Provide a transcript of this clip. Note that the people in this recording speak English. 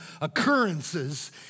occurrences